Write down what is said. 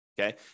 okay